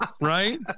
right